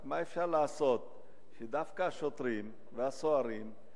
רק מה אפשר לעשות שדווקא השוטרים והסוהרים,